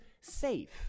safe